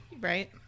right